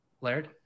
Laird